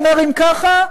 אומר: אם ככה,